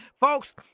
Folks